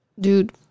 dude